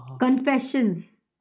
Confessions